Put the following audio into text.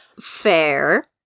Fair